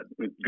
good